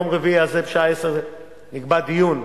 ביום רביעי הזה בשעה 10:00 נקבע דיון.